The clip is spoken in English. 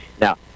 Now